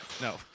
no